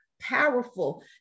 powerful